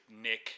Nick